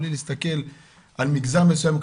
בלי להסתכל על מגזר מסוים,